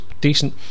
decent